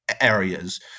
areas